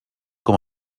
com